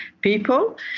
people